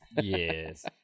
Yes